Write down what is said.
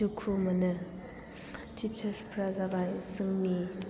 दुखु मोनो टिचार्स फोरा जाबाय जोंनि